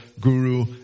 Guru